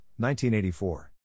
1984